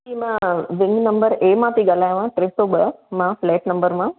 मां wing number A मां पई गल्हायां टे सौ ॿ मां फ्लैट नम्बर मां